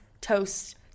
toast